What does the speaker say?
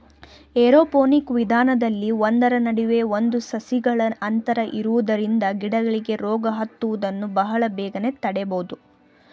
aeroponic ವಿಧಾನದಲ್ಲಿ ಒಂದರ ನಡುವೆ ಒಂದು ಸಸಿಗಳ ಅಂತರ ಇರುವುದರಿಂದ ಗಿಡಗಳಿಗೆ ರೋಗ ಹತ್ತುವುದನ್ನು ಬಹಳ ಬೇಗನೆ ತಡೆಯಬೋದು